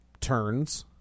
turns